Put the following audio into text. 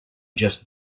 just